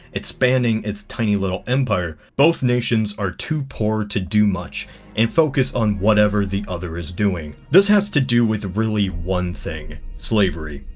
expanding its tiny little empire. both nations are too poor to do much and focus on whatever the other is doing. this has to do with really one thing. slavery.